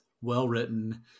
well-written